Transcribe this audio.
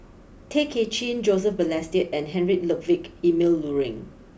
Tay Kay Chin Joseph Balestier and Heinrich Ludwig Emil Luering